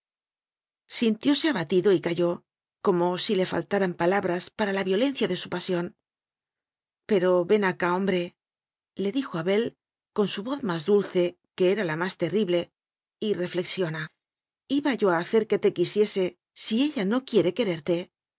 canallada sintióse abatido y calló como si le falta ran palabras para la violencia de su pasión pero ven acá hombrele dijo abel con su voz más dulce que era la más terribley reflexiona iba yo a hacer que te quisiese si ella no quiere quererte